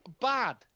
bad